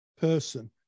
person